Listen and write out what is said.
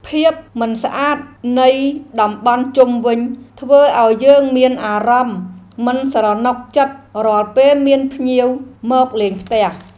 ភាពមិនស្អាតនៃតំបន់ជុំវិញធ្វើឱ្យយើងមានអារម្មណ៍មិនស្រណុកចិត្តរាល់ពេលមានភ្ញៀវមកលេងផ្ទះ។